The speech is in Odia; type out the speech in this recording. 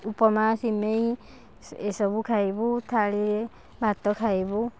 ଉପମା ସିମେଇ ଏସବୁ ଖାଇବୁ ଥାଳିରେ ଭାତ ଖାଇବୁ